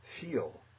feel